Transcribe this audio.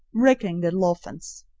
wriggling little orphans.